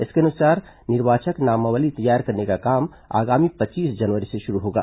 इसके अनुसार निर्वाचक नामावली तैयार करने का काम आगामी पच्चीस जनवरी से शुरू होगा